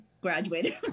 graduated